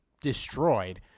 destroyed